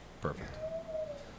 perfect